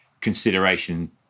consideration